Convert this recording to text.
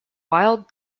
wild